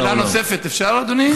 אפשר שאלה נוספת, אדוני?